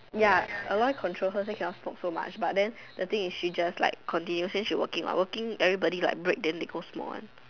ya Aloy control her say she cannot smoke so much but then the thing is she just like continue since she working mah since people break go smoke one